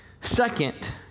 Second